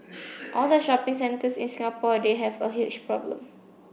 all the shopping centres in Singapore they have a huge problem